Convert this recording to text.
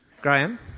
Graham